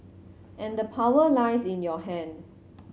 and the power lies in your hand